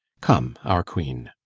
come, our queen.